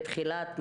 ממש בתחילת המשבר,